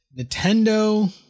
Nintendo